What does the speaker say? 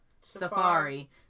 Safari